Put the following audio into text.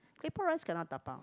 claypot rice cannot dabao